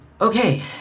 Okay